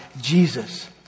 Jesus